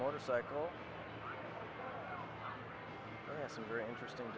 motorcycle very interesting